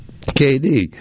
KD